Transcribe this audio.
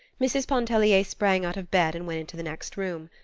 mrs. pontellier sprang out of bed and went into the next room.